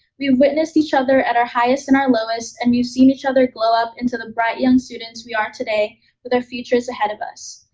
we have witnessed each other at our highest and our lowest, and we've seen each other glow up into the bright young students we are today with our futures ahead of us.